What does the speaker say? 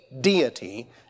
deity